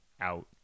out